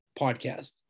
podcast